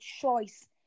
choice